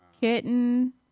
Kitten